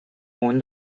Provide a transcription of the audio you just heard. own